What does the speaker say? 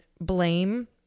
blame